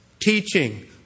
teaching